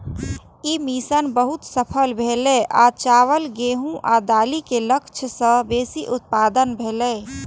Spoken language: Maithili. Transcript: ई मिशन बहुत सफल भेलै आ चावल, गेहूं आ दालि के लक्ष्य सं बेसी उत्पादन भेलै